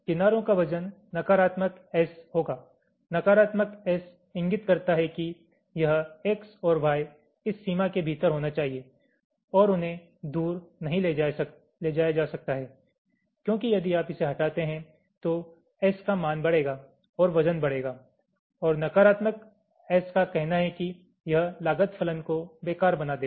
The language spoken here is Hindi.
किनारों का वजन नकारात्मक S होगा नकारात्मक S इंगित करता है कि यह X और Y इस सीमा के भीतर होना चाहिए और उन्हें दूर नहीं ले जाया जा सकता है क्योंकि यदि आप इसे हटाते हैं तो S का मान बढ़ेगा और वजन बढ़ेगा ओर नकारात्मक S का कहना है कि यह लागत फलन को बेकार बना देगा